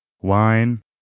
wine